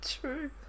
True